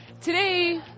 Today